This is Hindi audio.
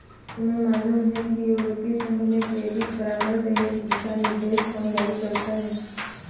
तुम्हें मालूम है कि यूरोपीय संघ में क्रेडिट परामर्श हेतु दिशानिर्देश कौन जारी करता है?